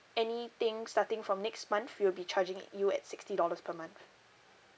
anything starting from next month we'll be charging it you at sixty dollars per month